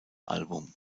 album